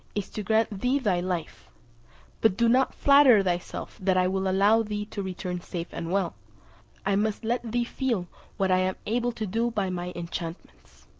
is, to grant thee thy life but do not flatter thyself that i will allow thee to return safe and well i must let thee feel what i am able to do by my enchantments.